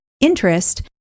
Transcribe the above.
interest